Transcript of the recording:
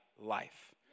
life